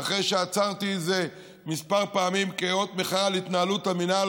אחרי שעצרתי את זה כמה פעמים כאות מחאה על התנהלות המינהל,